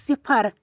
صِفر